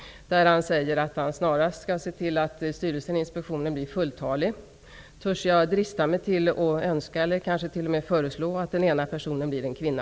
Han säger att han snarast skall se till att Inspektionens styrelse skall bli fulltalig. Törs jag drista mig till att önska, eller t.o.m. föreslå, att den ena personen skall bli en kvinna?